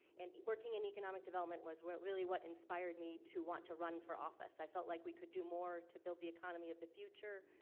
and working in economic development was really what inspired me to want to run for office. i felt like we could do more to build the economy of the future,